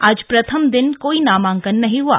आज प्रथम दिन कोई नामंकन नहीं हआ